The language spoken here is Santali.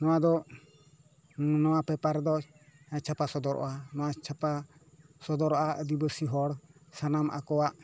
ᱱᱚᱣᱟ ᱫᱚ ᱱᱚᱣᱟ ᱯᱮᱯᱟᱨ ᱨᱮᱫᱚ ᱪᱷᱟᱯᱟ ᱥᱚᱫᱚᱨᱚᱜᱼᱟ ᱱᱚᱣᱟ ᱪᱷᱟᱯᱟ ᱥᱚᱫᱚᱨᱚᱜᱼᱟ ᱟᱫᱤᱵᱟᱥᱤ ᱦᱚᱲ ᱥᱟᱱᱟᱢ ᱟᱠᱚᱣᱟᱜ